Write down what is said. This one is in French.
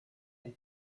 pour